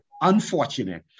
unfortunate